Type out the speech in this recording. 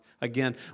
Again